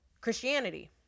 Christianity